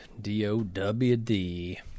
D-O-W-D